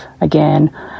again